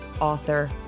author